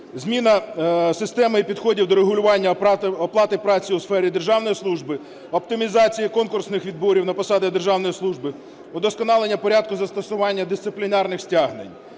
зміни системи і підходів до урегулювання оплати праці у сфері державної служби, оптимізації конкурсних відборів на посади державної служби, удосконалення порядку застосування дисциплінарних стягнень.